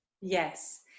yes